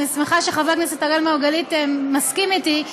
ואני שמחה שחבר הכנסת אראל מרגלית מסכים אתי,